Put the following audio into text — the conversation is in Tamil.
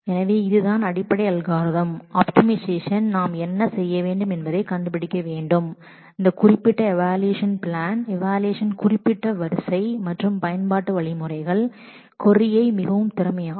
எனவே இதுதான் அடிப்படை வழிமுறை ஆப்டிமைசேஷன் என்பதில் நமக்கு என்னவேண்டும் நாம் என்ன கண்டுபிடிக்க வேண்டும் அந்த குறிப்பிட்ட ஈவாலுவெஷன் பிளான் குறிப்பிட்ட வரிசையிலான ஈவாலுவெஷன் மற்றும் அல்காரிதம் பயன்பாடு இன்டெக்ஸ் பயன்பாடு ஆகியவை கொரியை மிகவும் திறமையாக்கும்